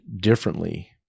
differently